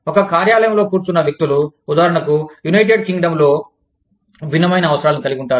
ఒక కార్యాలయంలో కూర్చున్న వ్యక్తులు ఉదాహరణకు యునైటెడ్ కింగ్డమ్ లో భిన్నమైన అవసరాలను కలిగి ఉంటారు